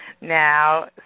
Now